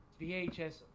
vhs